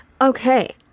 Okay